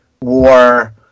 war